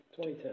2010